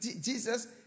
Jesus